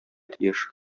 тиеш